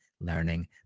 learning